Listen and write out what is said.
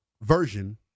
version